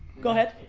go ahead,